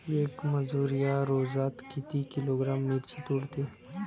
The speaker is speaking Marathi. येक मजूर या रोजात किती किलोग्रॅम मिरची तोडते?